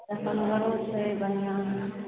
देखनगरो छै बढ़िआँ